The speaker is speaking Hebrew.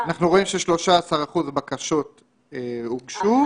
אנחנו רואים ש-13% בקשות הוגשו,